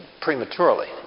prematurely